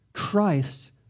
Christ